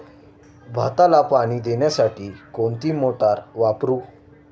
भाताला पाणी देण्यासाठी कोणती मोटार वापरू?